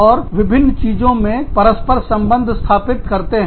और विभिन्न चीजों में परस्पर संबंध स्थापित करते हैं